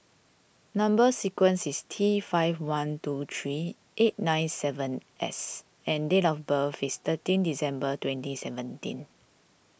Number Sequence is T five one two three eight nine seven S and date of birth is thirteen December twenty seventeen